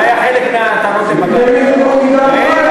זה היה חלק מהטענות, בקנה מידה מוגבל.